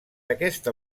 aquesta